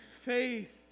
faith